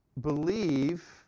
believe